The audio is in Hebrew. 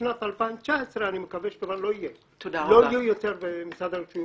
שנת 2019 לא יהיו יותר מכאערים במשרד הרישוי,